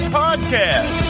podcast